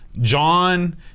John